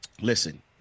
listen